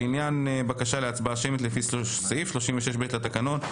לעניין בקשה להצבעה שמית לפי סעיף 36ב לתקנון,